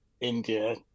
India